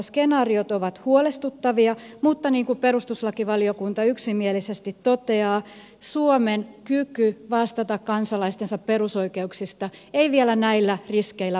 skenaariot ovat huolestuttavia mutta niin kuin perustuslakivaliokunta yksimielisesti toteaa suomen kyky vastata kansalaistensa perusoikeuksista ei vielä näillä riskeillä vaarannu